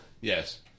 Yes